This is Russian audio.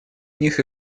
них